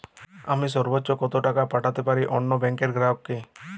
আমি সর্বোচ্চ কতো টাকা পাঠাতে পারি অন্য ব্যাংক র গ্রাহক কে?